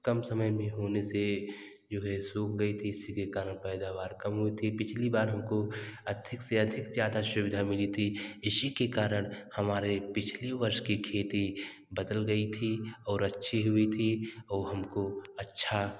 कम समय में होने से जो है सूख गई थी इसीके कारण पैदावर कम हुई थी पिछली बार हमको अधिक से अधिक ज़्यादा सुविधा मिली थी इसीके कारण हमारे पिछली वर्ष की खेती बदल गई थी और अच्छी हुई थी औ हमको अच्छा